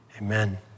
Amen